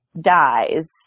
dies